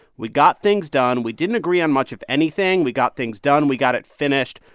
we got things done. we didn't agree on much of anything. we got things done. we got it finished.